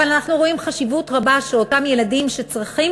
אבל אנחנו רואים חשיבות רבה שאותם ילדים שצריכים